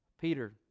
Peter